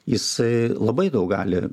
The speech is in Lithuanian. jisai labai daug gali